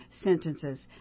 sentences